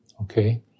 okay